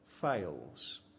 fails